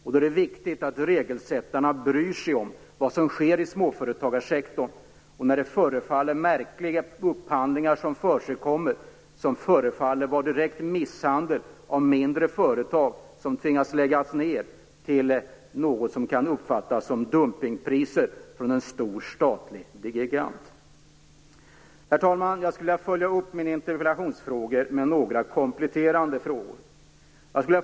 Därför är det viktigt att regelsättarna bryr sig om vad som sker i småföretagarsektorn, när det förekommer märkliga upphandlingar som förefaller vara direkt misshandel av mindre företag - de tvingas lägga ned på grund av något som kan uppfattas som dumpningspriser från en statlig gigant. Herr talman! Jag skulle vilja följa upp mina interpellationsfrågor med några kompletterande frågor.